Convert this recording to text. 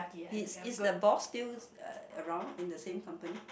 he is the boss still Uh around in the same company